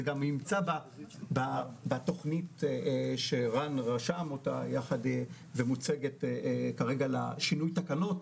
זה גם נמצא בתוכנית שרן רשם והיא מוצגת לגבי שינוי התקנות,